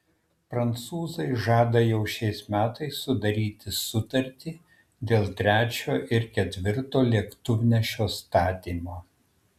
prancūzai žada jau šiais metais sudaryti sutartį dėl trečio ir ketvirto lėktuvnešio statymo